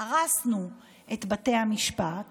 הרסנו את בתי המשפט,